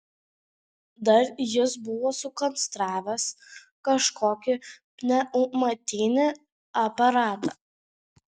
dar jis buvo sukonstravęs kažkokį pneumatinį aparatą